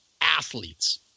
athletes